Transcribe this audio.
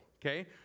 Okay